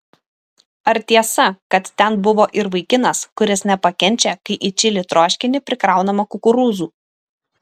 ar tiesa kad ten buvo ir vaikinas kuris nepakenčia kai į čili troškinį prikraunama kukurūzų